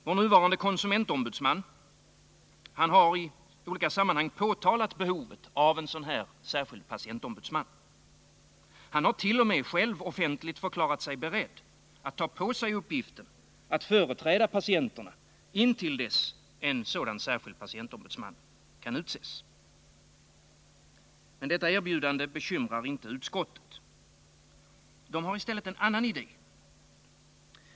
Vår nuvarande konsumentombudsman har i olika sammanhang påtalat behovet av en särskild patientombudsman. Han har t.o.m. själv offentligt förklarat sig beredd att ta på sig uppgiften att företräda patienterna intill dess en sådan särskild patientombudsman kan utses. Detta erbjudande bekymrar inte utskottet. Utskottet har en annan idé.